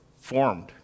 formed